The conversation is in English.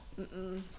Mm-mm